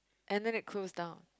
and then it closed down